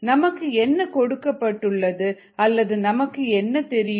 நமக்கு என்ன கொடுக்கப்பட்டுள்ளது அல்லது நமக்கு என்ன தெரியும்